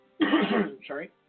Sorry